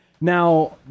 Now